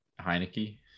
Heineke